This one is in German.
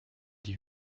die